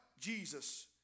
Jesus